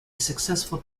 successful